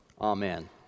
Amen